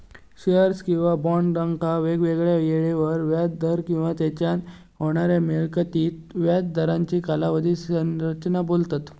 shares किंवा बॉन्डका वेगवेगळ्या येळेवर व्याज दर आणि तेच्यान होणाऱ्या मिळकतीक व्याज दरांची कालावधी संरचना बोलतत